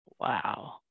Wow